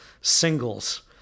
singles